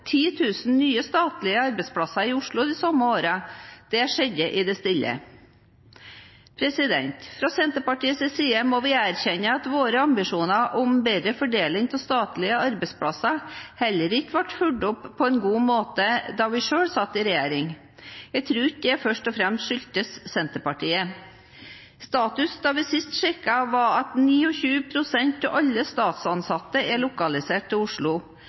nye statlige arbeidsplasser i Oslo de samme årene skjedde i det stille. Fra Senterpartiets side må vi erkjenne at våre ambisjoner om bedre fordeling av statlige arbeidsplasser heller ikke ble fulgt opp på en god måte da vi selv satt i regjering. Jeg tror ikke det først og fremst skyldtes Senterpartiet. Status da vi sist sjekket, var at 29 pst. av alle statsansatte er lokalisert til Oslo.